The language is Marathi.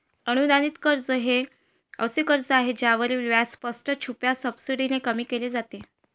अनुदानित कर्ज हे असे कर्ज आहे ज्यावरील व्याज स्पष्ट, छुप्या सबसिडीने कमी केले जाते